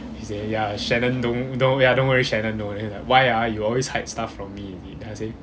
he say ya shannon don't don't ya don't worry shannon know then he's like why ah you always hide stuff from me is it then I say